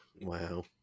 Wow